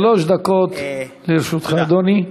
שלוש דקות לרשותך, אדוני.